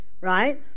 right